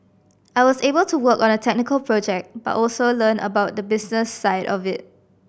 I was able to work on a technical project but also learn about the business side of it